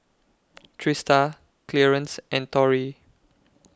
Trista Clearence and Torrie